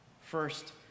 first